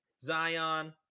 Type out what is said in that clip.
Zion